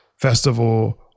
festival